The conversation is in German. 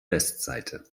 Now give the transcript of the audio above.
westseite